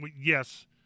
Yes